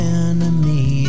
enemy